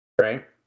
Right